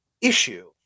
issue